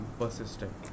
persistent